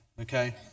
okay